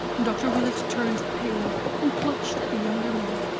and dr. willett turned pale, and clutched at the younger man.